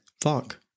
fuck